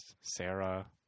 Sarah